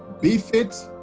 be fit,